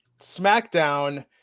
SmackDown